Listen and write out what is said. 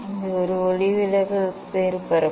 இது ஒளிவிலகல் மேற்பரப்பு